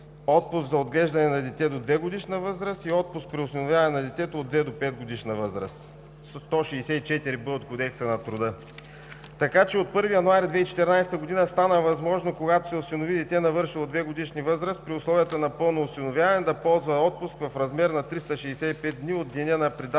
отпуск за отглеждане на дете до 2-годишна възраст и отпуск при осиновяване на детето от 2 до 5-годишна възраст – чл. 164б от Кодекса на труда. Така че от 1 януари 2014 г. стана възможно, когато се осинови дете, навършило 2-годишна възраст, при условията на пълно осиновяване да се ползва отпуск в размер на 365 дни от деня на предаването